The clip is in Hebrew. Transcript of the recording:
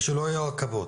ושלא יהיו עכבות.